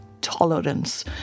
Tolerance